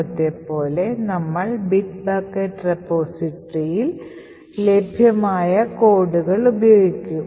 മുമ്പത്തെപ്പോലെ നമ്മൾ Bit Bucket repository ൽ ലഭ്യമായ കോഡുകൾ ഉപയോഗിക്കും